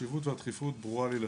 החשיבות והדחיפות ברורה לי לחלוטין.